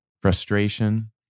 frustration